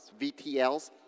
VTLs